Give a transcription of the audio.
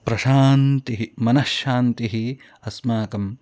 प्रशान्तिः मनःशान्तिः अस्माकं